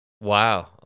Wow